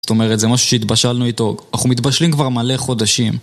זאת אומרת, זה משהו שהתבשלנו איתו. אנחנו מתבשלים כבר מלא חודשים.